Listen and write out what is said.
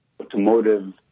automotive